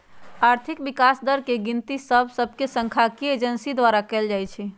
आर्थिक विकास दर के गिनति देश सभके सांख्यिकी एजेंसी द्वारा कएल जाइ छइ